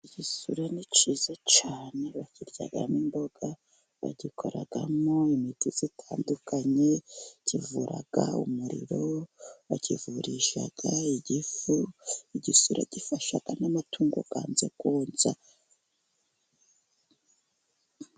Igisura ni cyiza cyane. Bakiryamo imboga bagikoramo imiti itandukanye, kivura umuriro ,bakivurisha igifu igisura gifasha n'amatungo yanze konsa.